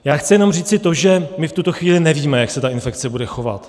Já chci jenom říci to, že my v tuto chvíli nevíme, jak se ta infekce bude chovat.